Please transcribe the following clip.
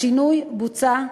השינוי בוצע ובגדול.